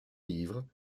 livres